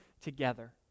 together